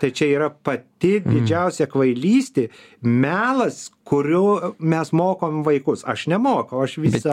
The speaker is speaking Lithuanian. tai čia yra pati didžiausia kvailystė melas kurio mes mokom vaikus aš nemokau aš visą